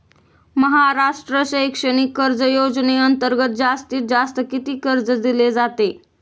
महाराष्ट्र शैक्षणिक कर्ज योजनेअंतर्गत जास्तीत जास्त किती कर्ज दिले जाते?